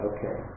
Okay